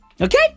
okay